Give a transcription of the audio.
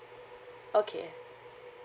okay